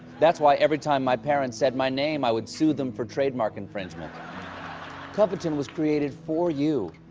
that's why every time my parents said my name i would sue them for trademark enfringe. ment kind of it and was created for you,